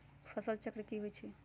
फसल चक्र की होइ छई?